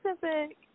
Pacific